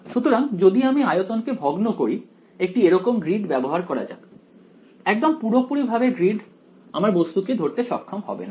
সুতরাং যদি আমি আয়তনকে ভগ্ন করি একটি এরকম গ্রিড ব্যবহার করা যাক একদম পুরোপুরি ভাবে গ্রিড আমার বস্তু কে ধরতে সক্ষম হবে না